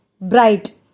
bright